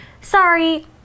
Sorry